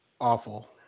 Awful